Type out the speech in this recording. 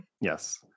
Yes